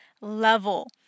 level